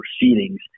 proceedings